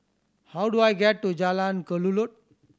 how do I get to Jalan Kelulut